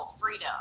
freedom